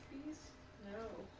these know